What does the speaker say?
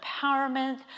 empowerment